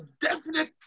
definite